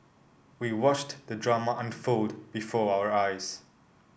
we watched the drama unfold before our eyes